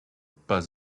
pas